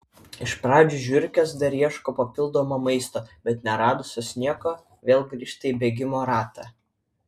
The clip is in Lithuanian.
iš pradžių žiurkės dar ieško papildomo maisto bet neradusios nieko vėl grįžta į bėgimo ratą